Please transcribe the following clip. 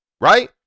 right